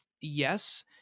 yes